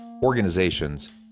organizations